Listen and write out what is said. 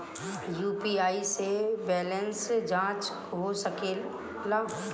UPI से balance जाँच हो सके ला?